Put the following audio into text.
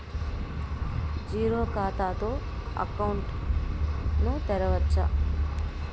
Zero ఖాతా తో account ను తెరవచ్చా?